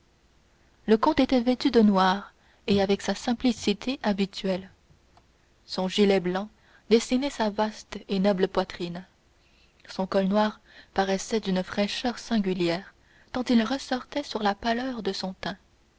le comte était vêtu de noir et avec sa simplicité habituelle son gilet blanc dessinait sa vaste et noble poitrine son col noir paraissait d'une fraîcheur singulière tant il ressortait sur la mâle pâleur de son teint